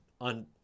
on